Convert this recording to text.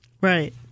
Right